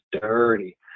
dirty